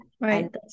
Right